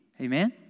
Amen